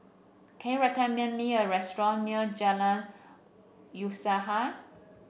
can you recommend me a restaurant near Jalan Usaha